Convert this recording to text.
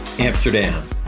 Amsterdam